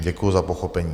Děkuji za pochopení.